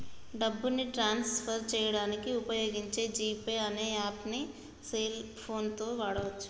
డబ్బుని transfer చేయడానికి వుపయోగించే జీ పే అనే యాప్పుని సెల్ ఫోన్ తో వాడచ్చు